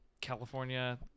California